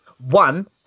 one